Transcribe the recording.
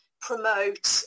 promote